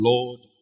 Lord